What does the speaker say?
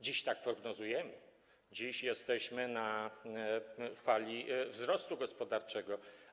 Dziś tak prognozujemy, dziś jesteśmy na fali wzrostu gospodarczego.